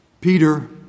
Peter